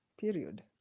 period